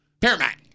Paramount